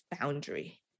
boundary